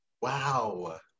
Wow